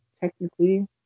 technically